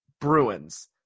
bruins